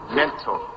mental